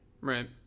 Right